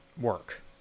work